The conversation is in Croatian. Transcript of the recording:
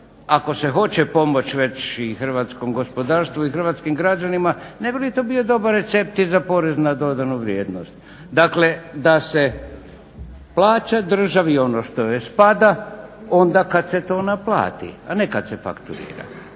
ako se hoće pomoć već i hrvatskom gospodarstvu i hrvatskim građanima ne bi li to bio dobar recept i za porez na dodanu vrijednost. Dakle da se plaća državi ono što joj spada onda kad se to naplati a ne kad se fakturira.